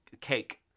cake